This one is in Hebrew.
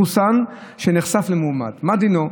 מחוסן שנחשף למאומת, מה דינו?